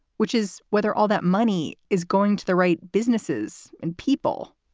which is whether all that money is going to the right businesses and people.